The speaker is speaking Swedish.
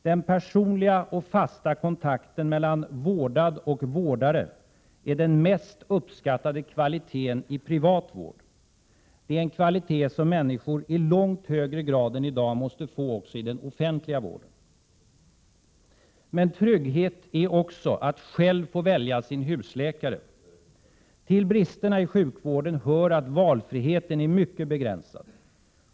Den personliga och fasta kontakten mellan vårdad och vårdare är den mest uppskattade kvaliteten i privat vård. Det är en kvalitet som människor i långt högre grad än i dag måste få också i den offentliga vården. Men trygghet är också att själv få välja sin husläkare. Till bristerna i sjukvården hör att valfriheten är mycket begränsad.